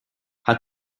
had